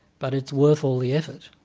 but it's worth all the effort.